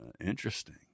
interesting